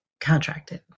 contracted